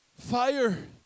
Fire